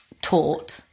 taught